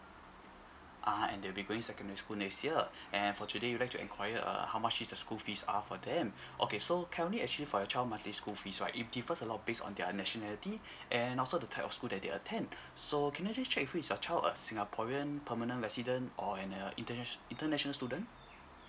ah and they'll be going secondary school next year and for today you'll like to enquire uh how much is the school fees are for them okay so currently actually for your child monthly school fees right it differs a lot based on their nationality and also the type of school that they attend so can I just check with you is your child a singaporean permanent resident or an uh internatio~ international student